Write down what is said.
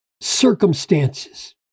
circumstances